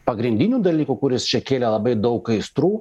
pagrindinių dalykų kuris čia kėlė labai daug aistrų